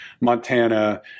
Montana